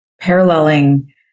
paralleling